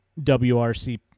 WRC